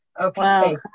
Okay